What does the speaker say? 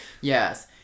Yes